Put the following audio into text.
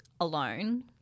alone